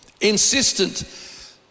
insistent